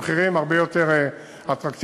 במחירים הרבה יותר אטרקטיביים,